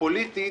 פוליטית